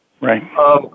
right